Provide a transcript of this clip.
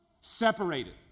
separated